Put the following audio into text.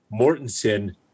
Mortensen